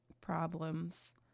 problems